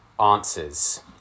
answers